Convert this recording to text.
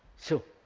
so,